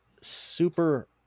super